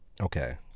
okay